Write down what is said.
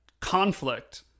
Conflict